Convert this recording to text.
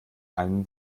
einen